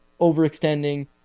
overextending